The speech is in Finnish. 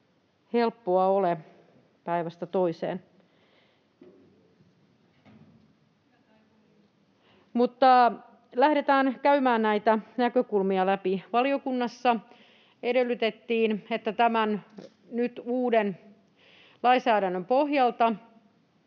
Halla-aho: Voi voi!] Mutta lähdetään käymään näitä näkökulmia läpi. Valiokunnassa edellytettiin, että nyt tämän uuden lainsäädännön pohjalta